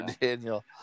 Daniel